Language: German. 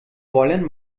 wollen